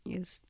Yes